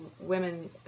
women